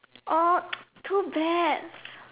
or too bad